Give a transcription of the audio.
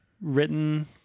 written